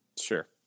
Sure